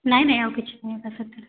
ନାଇ ନାଇ ଆଉ କିଛି ନାହିଁ